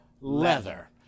Leather